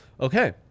Okay